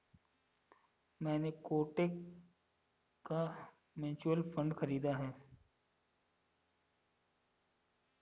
मैंने कोटक का mutual fund खरीदा है